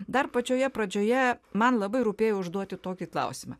dar pačioje pradžioje man labai rūpėjo užduoti tokį klausimą